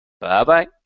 Bye-bye